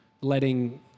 letting